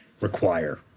require